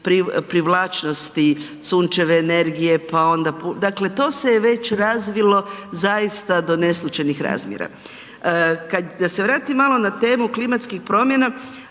privlačnosti sunčeve energije, pa onda… Dakle to se je već razvilo zaista do neslućenih razmjera. Kad, da se vratim malo na temu klimatskih promjena,